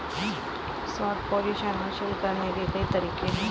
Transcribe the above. short position हासिल करने के कई तरीके हैं